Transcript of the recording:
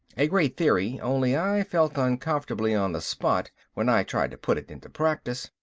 a great theory, only i felt uncomfortably on the spot when i tried to put it into practice.